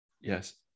Yes